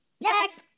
next